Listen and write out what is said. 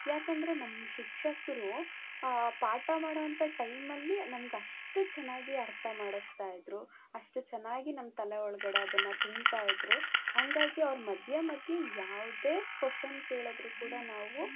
ಯಾಕೆಂದರೆ ನಮ್ಮ ಶಿಕ್ಷಕರು ಪಾಠ ಮಾಡುವಂತ ಟೈಮಲ್ಲಿ ನಮ್ಗೆ ಅಷ್ಟು ಚೆನ್ನಾಗಿ ಅರ್ಥ ಮಾಡಿಸ್ತಾ ಇದ್ದರು ಅಷ್ಟು ಚೆನ್ನಾಗಿ ನಮ್ಮ ತಲೆಯೊಳಗೆ ಅದನ್ನು ತುಂಬ್ತಾ ಇದ್ದರು ಹಾಗಾಗಿ ಅವ್ರು ಮಧ್ಯ ಮಧ್ಯ ಯಾವುದೇ ಕೋಷನ್ ಕೇಳಿದರೂ ಕೂಡ ನಾವು